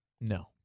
No